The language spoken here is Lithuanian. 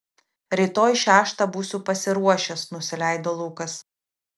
rytoj šeštą būsiu pasiruošęs nusileido lukas